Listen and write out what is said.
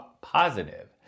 positive